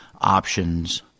options